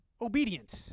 obedient